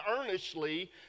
earnestly